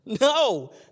No